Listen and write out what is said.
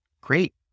Great